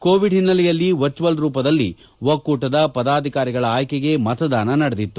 Covid ಹಿನ್ನೆಲೆಯಲ್ಲಿ virtual ರೂಪದಲ್ಲಿ ಒಕ್ಕೂಟದ ಪದಾಧಿಕಾರಿಗಳ ಆಯ್ನೆಗೆ ಮತದಾನ ನಡೆದಿತ್ತು